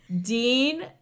Dean